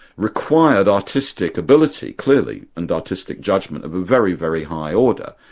required artistic ability, clearly, and artistic judgment of a very, very high order.